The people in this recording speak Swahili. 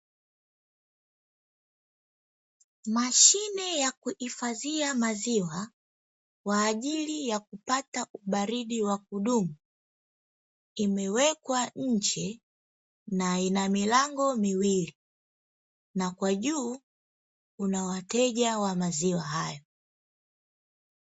Mashine ya kuhifadhia maziwa kwa ajili ya kupata ubaridi wa kudumu, imewekwa nje na ina milango miwili na kwa juu kuna wateja wa maziwa hayo.